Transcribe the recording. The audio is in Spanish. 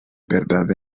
verdad